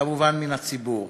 כמובן מן הציבור.